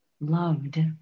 loved